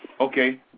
Okay